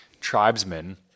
tribesmen